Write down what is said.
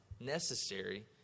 necessary